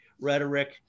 rhetoric